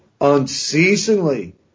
unceasingly